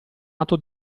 atto